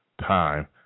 time